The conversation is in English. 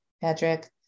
Patrick